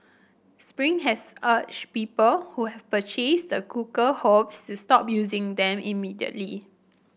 spring has urged people who have purchased the cooker hobs to stop using them immediately